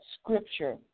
scripture